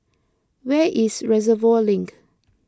where is Reservoir Link